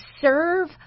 serve